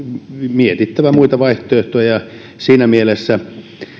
mietittävä muita vaihtoehtoja siinä mielessä